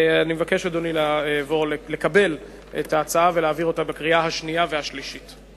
אני מבקש לקבל את ההצעה ולהעביר אותה בקריאה שנייה ובקריאה שלישית.